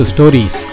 Stories